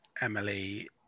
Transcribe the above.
Emily